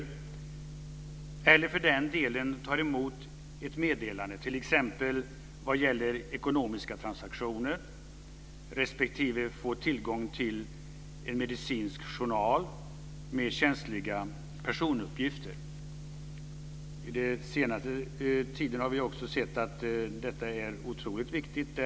Det gäller för den delen även den som tar emot ett meddelande - t.ex. om ekonomiska transaktioner - respektive får tillgång till en medicinsk journal med känsliga personuppgifter. Den senaste tiden har vi sett att det här är otroligt viktigt.